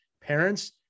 Parents